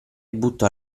buttò